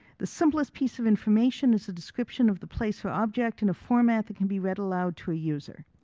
the simplest piece of information is a description of the place or object in a format that can be read aloud to a user.